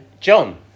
John